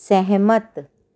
ਸਹਿਮਤ